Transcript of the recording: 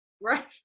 Right